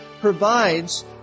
provides